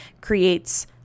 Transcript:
creates